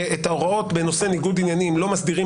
ושההוראות בנושא ניגוד עניינים לא מסדירים